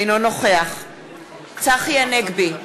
אינו נוכח צחי הנגבי,